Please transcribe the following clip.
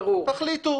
תחליטו